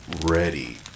ready